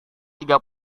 tiga